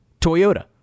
Toyota